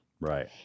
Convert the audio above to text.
right